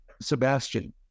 Sebastian